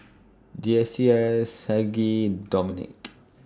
Deasia Saige Dominic